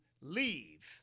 leave